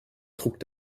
trug